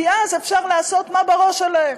כי אז אפשר לעשות מה שבראש שלהם.